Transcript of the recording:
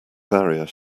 barrier